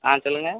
ஆ சொல்லுங்கள்